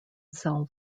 sell